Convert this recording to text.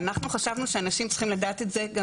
ואנחנו חשבנו שאנשים צריכים לדעת את זה גם